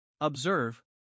Observe